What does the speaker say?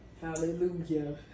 Hallelujah